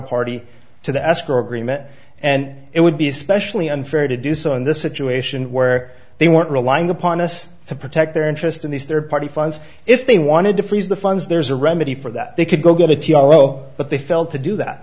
party to the escrow agreement and it would be especially unfair to do so in this situation where they weren't relying upon us to protect their interest in these third party funds if they wanted to freeze the funds there's a remedy for that they could go get a t r o but they failed to do that